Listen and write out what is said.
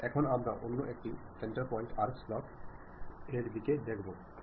এখন আমরা অন্য একটি সেন্টার পয়েন্ট আর্ক স্লট এর দিকে দেখবো